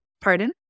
pardon